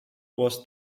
was